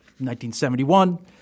1971